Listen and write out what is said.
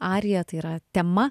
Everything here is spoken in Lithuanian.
arija tai yra tema